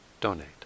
donate